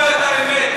לא אומר את האמת.